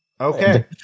Okay